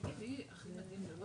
אחזקת מלאי חירום לחיטה ומספוא,